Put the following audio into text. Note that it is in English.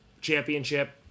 championship